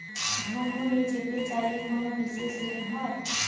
ভ্রমণে যেতে চাইলে কোনো বিশেষ ঋণ হয়?